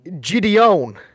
Gideon